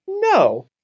No